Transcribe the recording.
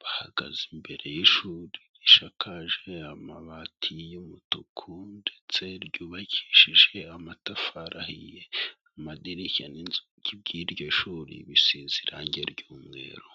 Bahagaze imbere y'ishuri rishakaje amabati y'umutuku ndetse ryubakishije amatafari ahiye. Amadirishya n'inzugi by'iryo shuri, bisize irangi ry'umweru.